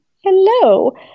hello